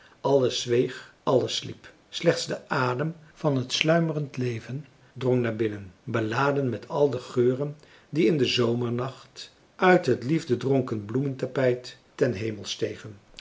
alles zweeg alles sliep slechts de adem van het sluimerend leven drong naar binnen beladen met al de geuren die in den zomernacht uit het liefdedronken bloementapijt ten hemel stegen